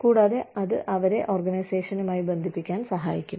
കൂടാതെ അത് അവരെ ഓർഗനൈസേഷനുമായി ബന്ധിപ്പിക്കാൻ സഹായിക്കും